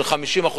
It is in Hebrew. של 50%,